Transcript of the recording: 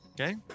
Okay